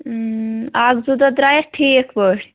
اَکھ زٕ دۄہ درٛایَس ٹھیٖک پٲٹھۍ